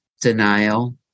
denial